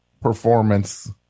performance